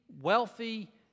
wealthy